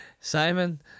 Simon